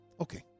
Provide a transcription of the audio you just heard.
Okay